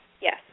Yes